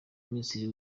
minisitiri